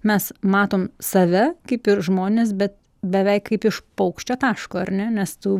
mes matom save kaip ir žmones bet beveik kaip iš paukščio taško ar ne nes tų